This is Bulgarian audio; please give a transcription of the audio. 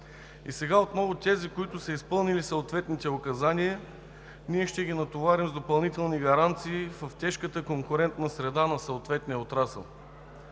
И сега отново тези, които са изпълнили съответните указания, ще ги натоварим с допълнителни гаранции в тежката конкурентна среда на съответния отрасъл.